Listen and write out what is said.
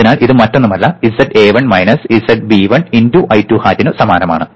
അതിനാൽ ഇത് മറ്റൊന്നുമല്ല zA1 minus zB1 × I2 hat നു സമാനമാണ്